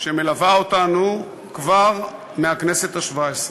שמלווה אותנו עוד מהכנסת השבע-עשרה.